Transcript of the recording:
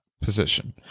position